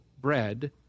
bread